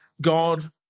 God